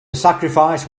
sacrifice